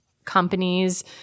Companies